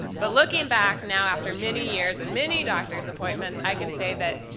but looking back now after many years and many doctors' appointments i can say that,